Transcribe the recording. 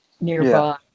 nearby